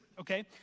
okay